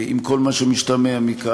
עם כל מה שמשתמע מכך,